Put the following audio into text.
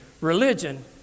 Religion